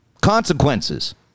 consequences